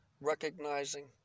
recognizing